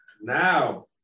now